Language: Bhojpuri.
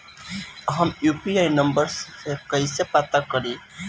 हम यू.पी.आई नंबर कइसे पता करी?